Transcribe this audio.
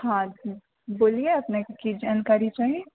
हाँ बोलिए अपने कऽ की जानकारी चाही